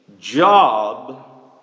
job